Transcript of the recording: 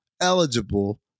eligible